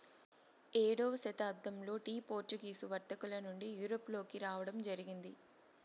ఏడవ శతాబ్దంలో tea Portuguese వర్తకుల నుండి యూరప్ లోకి రావడం జరిగింది